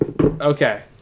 okay